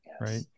Right